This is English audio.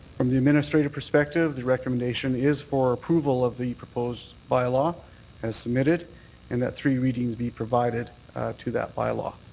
from the administrative perspective, the recommendation is for approval of the proposed bylaw as submitted and that three readings be provided to that bylaw.